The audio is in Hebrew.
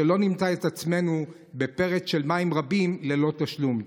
שלא נמצא את עצמנו בפרץ של מים רבים ללא תשלום.